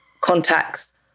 contacts